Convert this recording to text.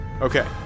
Okay